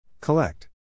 Collect